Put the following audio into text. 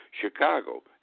Chicago